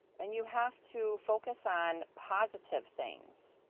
and you have to focus on positive things.